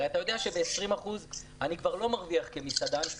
אתה יודע שב-20% אני כבר לא מרוויח כמסעדן.